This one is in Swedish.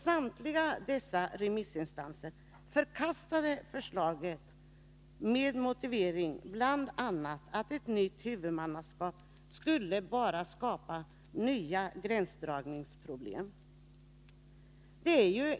Samtliga dessa remissinstanser förkastade förslaget med motivering bl.a. att ett nytt huvudmannaskap bara skulle skapa nya gränsdragningsproblem.